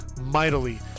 mightily